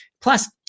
Plus